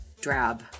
drab